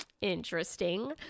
Interesting